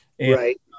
Right